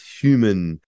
human